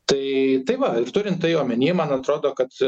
tai tai va turint tai omeny man atrodo kad